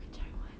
dia macam what